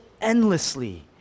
endlessly